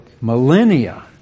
millennia